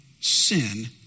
sin